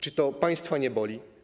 Czy to państwa nie boli?